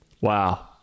Wow